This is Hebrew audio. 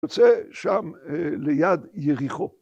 ‫יוצא שם ליד יריחו.